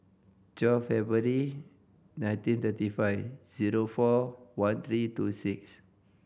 twelve nineteen thirty five zero four one three two six